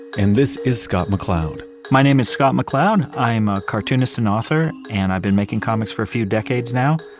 and this is scott mccloud my name is scott mccloud. i'm a cartoonist and author, and i've been making comics for a few decades now,